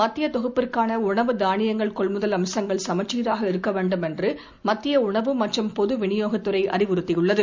மத்திய தொகுப்பிற்கான உணவு தானியங்கள் கொள்முதல் அம்சங்கள் சமச்சீராக இருக்க வேண்டும் என்று மத்திய உணவு மற்றும் பொது விநியோகத் துறை அறிவுறுத்தியுள்ளது